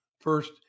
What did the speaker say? First